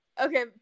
okay